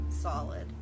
Solid